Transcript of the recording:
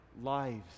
lives